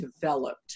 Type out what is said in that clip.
developed